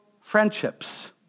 friendships